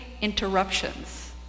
interruptions